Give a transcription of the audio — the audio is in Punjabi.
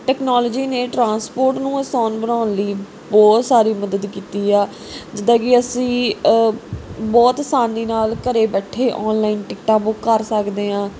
ਟੈਕਨੋਲੋਜੀ ਨੇ ਟਰਾਂਸਪੋਰਟ ਨੂੰ ਅਸਾਨ ਬਣਾਉਣ ਲਈ ਬਹੁਤ ਸਾਰੀ ਮਦਦ ਕੀਤੀ ਆ ਜਿੱਦਾਂ ਕਿ ਅਸੀਂ ਬਹੁਤ ਅਸਾਨੀ ਨਾਲ ਘਰ ਬੈਠੇ ਔਨਲਾਈਨ ਟਿਕਟਾਂ ਬੁੱਕ ਕਰ ਸਕਦੇ ਹਾਂ